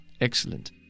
Excellent